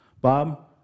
Bob